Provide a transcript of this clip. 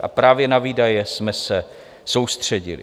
A právě na výdaje jsme se soustředili.